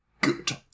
good